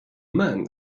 men